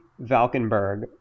Valkenberg